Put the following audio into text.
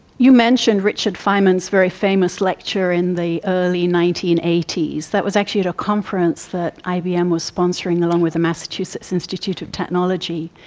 you mentioned richard feynman's very famous lecture in the early nineteen eighty s, that was actually at a conference that ibm was sponsoring, along with the massachusetts institute of technology.